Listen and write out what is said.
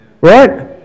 Right